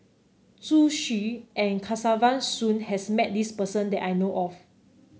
Zhu Xu and Kesavan Soon has met this person that I know of